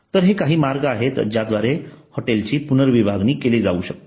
तर हे काही मार्ग आहेत ज्याद्वारे हॉटेलची पुनर्विभागणी केली जाऊ शकते